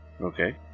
Okay